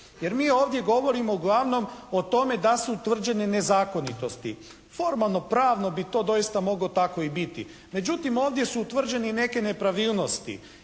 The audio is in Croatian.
jer mi ovdje govorimo uglavnom o tome da su utvrđene nezakonitosti. Formalno pravno bi to doista moglo tako i biti, međutim ovdje su utvrđene i neke nepravilnosti